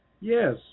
yes